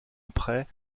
après